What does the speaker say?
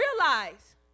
realize